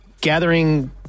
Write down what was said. gathering